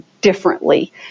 differently